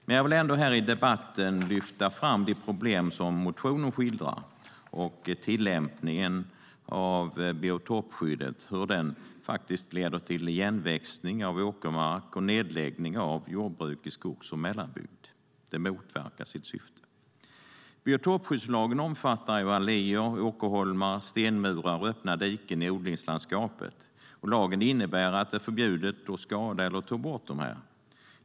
Men jag vill ändå här i debatten lyfta fram det problem som motionen skildrar, hur tillämpningen av biotopskyddet leder till igenväxning av åkermark och nedläggning av jordbruk i skogs och mellanbygd. Det motverkar sitt syfte. Biotopskyddslagen omfattar alléer, åkerholmar, stenmurar och öppna diken i odlingslandskapet. Lagen innebär att det är förbjudet att skada eller ta bort dessa.